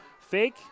fake